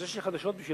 אז יש לי חדשות בשבילם,